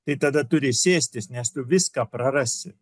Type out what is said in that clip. tai tada turi sėstis nes tu viską prarasi